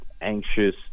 anxious